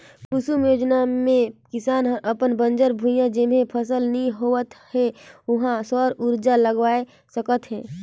कुसुम योजना मे किसान हर अपन बंजर भुइयां जेम्हे फसल नइ होवत हे उहां सउर उरजा लगवाये सकत हे